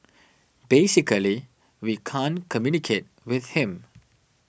basically we can't communicate with him